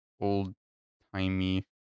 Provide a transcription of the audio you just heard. old-timey